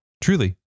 truly